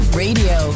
radio